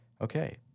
Okay